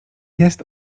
jest